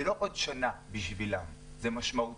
זה לא עוד שנה בשבילם, זה משמעותי.